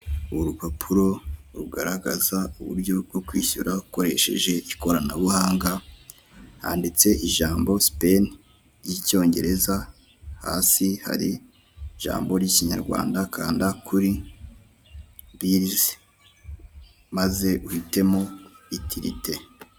urupapuro rugaragaza uburyo bwo kwishyura ukoresheje ikoranabuhanga handitse ijambo supeni ryicyongereza hasi hari ijambo ryikinyarwanda kanda kuri birizi maze uhitemo itirite.